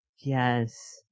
yes